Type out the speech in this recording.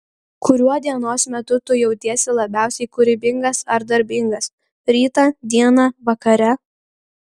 kuriuo dienos metu tu jautiesi labiausiai kūrybingas ar darbingas rytą dieną vakare